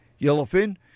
yellowfin